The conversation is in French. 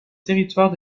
territoire